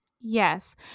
Yes